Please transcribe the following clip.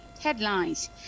Headlines